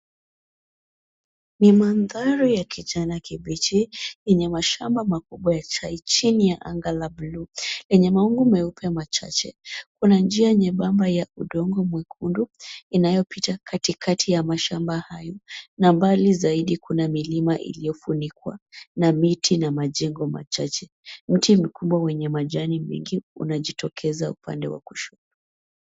Ni mandhari ya kijani kibichi yenye mashamba makubwa ya chai chini ya anga la buluu yenye mawingu meupe machache. Kuna njia nyembamba ya udongo mwekundu, inayopita katikati ya mashamba hayo na mbali zaidi kuna milima iliyofunikwa na miti na majengo machache. Mti mkubwa wenye majani mengi unajitokeza upande wa kushoto.